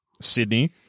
Sydney